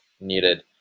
needed